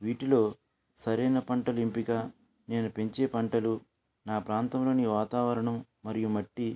వీటిలో సరైన పంటలు ఎంపిక నేను పెంచే పంటలు మా ప్రాంతంలోని వాతావరణం మరియు మట్టి